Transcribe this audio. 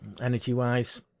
energy-wise